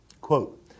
Quote